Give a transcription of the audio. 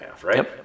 right